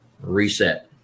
reset